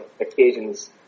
occasions